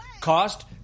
Cost